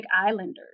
Islanders